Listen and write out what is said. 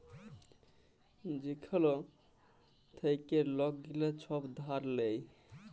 যেখাল থ্যাইকে লক গিলা ছব ধার লেয়